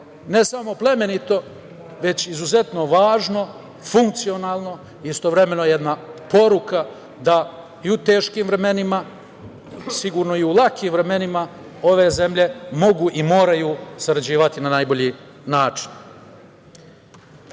ne samo plemenito već izuzetno važno, funkcionalno i istovremeno jedna poruka da i u teškim vremenima, sigurno i u lakim vremenima ove zemlje mogu i moraju sarađivati na najbolji način.Za